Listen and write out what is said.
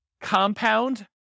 Compound